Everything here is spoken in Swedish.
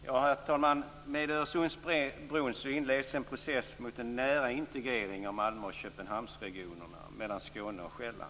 Herr talman! Med Öresundsbron inleds en process mot en nära integrering av Malmö och Köpenhamnsregionerna, mellan Skåne och Själland.